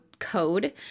code